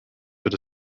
wird